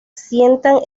sientan